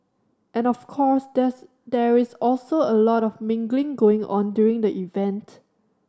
and of course there is there is also a lot of mingling going on during the event